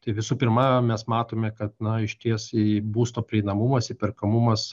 tai visų pirma mes matome kad na išties į būsto prieinamumas įperkamumas